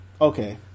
okay